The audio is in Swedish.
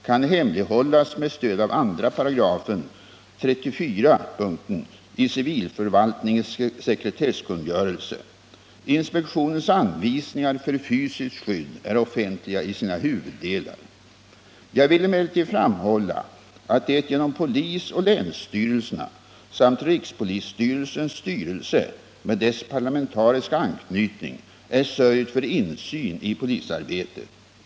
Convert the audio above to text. kan hemlighållas med stöd av 2 § 34 punkten i civilförvaltningens sekretesskungörelse. Inspektionens anvisningar för fysiskt skydd är offentliga i sina huvuddelar. Jag vill emellertid framhålla att det genom polisoch länsstyrelserna samt rikspolisstyrelsens styrelse med dess parlamentariska anknytning är sörjt för insyn i polisarbetet.